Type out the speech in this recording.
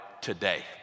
today